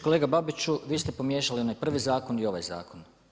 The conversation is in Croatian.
Kolega Babiću, vi ste pomiješali onaj prvi zakon i ovaj zakon.